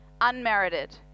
unmerited